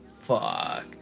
fuck